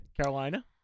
Carolina